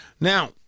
Now